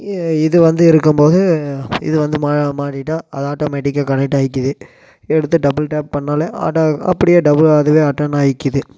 இது வந்து இருக்கும்போது இது வந்து மாட்டிட்டால் அது ஆட்டோமெட்டிக்காக கனெக்ட் ஆகிக்கிது எடுத்து டபிள் டாப் பண்ணாலே ஆட்டோ அப்படியே அதுவே அட்டென்ட் ஆகிக்கிது